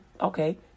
Okay